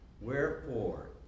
Wherefore